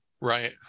Right